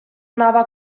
nova